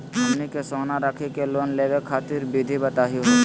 हमनी के सोना रखी के लोन लेवे खातीर विधि बताही हो?